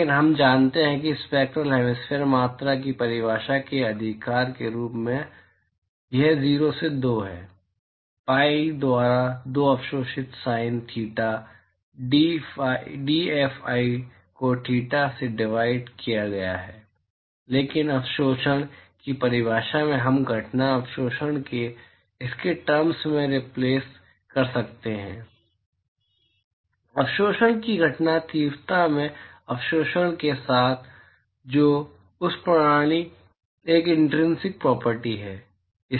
लेकिन हम जानते हैं कि स्पैक्टरल हैमिस्फेरिकल मात्रा की परिभाषा के अधिकार से यह 0 से 2 है पाई द्वारा 2 अवशोषित साइन थीटा डीएफआई को डीथेटा से डिवाइड किया गया है लेकिन अवशोषण की परिभाषा से हम घटना अवशोषण को इसके टर्म्स में रिप्लेस कर सकते हैं अवशोषण की घटना तीव्रता है अवशोषण के साथ जो उस प्रणाली की एक इंट्रिनसिक प्रोर्पटी है